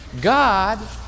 God